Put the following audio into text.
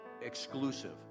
exclusive